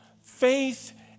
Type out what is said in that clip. Faith